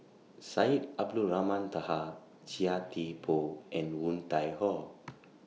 Syed Abdulrahman Taha Chia Thye Poh and Woon Tai Ho